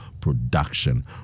production